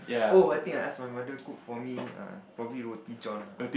oh I think I ask my mother cook for me err probably Roti John lah